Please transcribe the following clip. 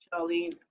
charlene